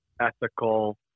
ethical